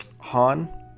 Han